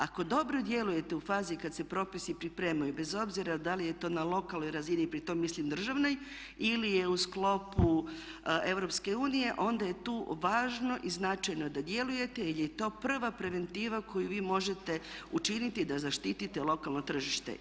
Ako dobro djelujete u fazi kad se propisi pripremaju bez obzira da li je to na lokalnoj razini i pritom mislim državnoj ili je u sklopu EU onda je tu važno i značajno da djelujete jer je to prva preventiva koju vi možete učiniti da zaštitite lokalno tržište.